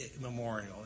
memorial